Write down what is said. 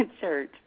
Church